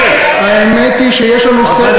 האמת היא שיש לנו סדר